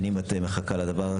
שנים את מחכה לדבר הזה.